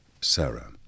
Sarah